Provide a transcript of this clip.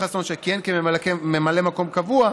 שכיהן כממלא מקום קבוע,